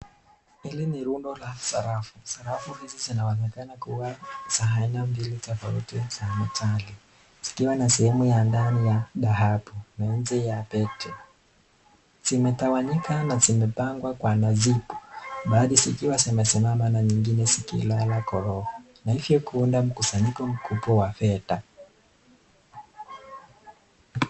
Hili ni rundo la sarafu, sarafu hizi zinaonekana kuwa za aina mbili tofauti za medali, zikiwa na sehemu ya ndani ya dhahabu na nje ya pete. Zimetawanyika na zimepangwa kwa nazibu, baadhi zikiwa zimesimama na nyingine zikilala ,na hivyo kuunda mkusanyiko mkubwa wa fedha.